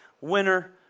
winner